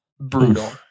brutal